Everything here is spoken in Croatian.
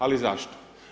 Ali zašto?